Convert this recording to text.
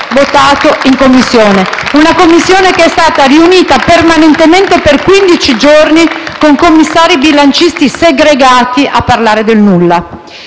votato in Commissione, una Commissione che è stata riunita permanentemente per quindici giorni con commissari bilancisti segregati a parlare del nulla.